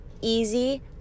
easy